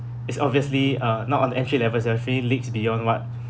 it's obviously uh not on the entry-level uh really leads beyond what